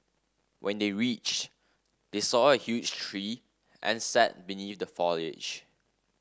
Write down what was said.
when they reached they saw a huge tree and sat beneath the foliage